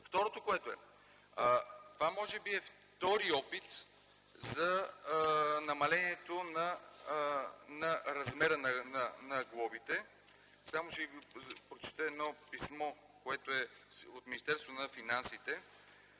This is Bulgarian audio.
Второ, това може би е втори опит за намалението на размера на глобите. Ще ви прочета едно писмо от Министерството на финансите